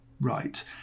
right